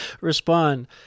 respond